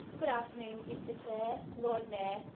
good afternoon, mr chair, lord mayor,